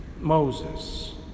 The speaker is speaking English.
Moses